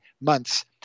months